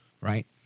right